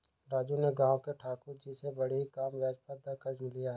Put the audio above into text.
राजू ने गांव के ठाकुर जी से बड़े ही कम ब्याज दर पर कर्ज लिया